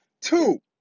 two